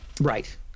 Right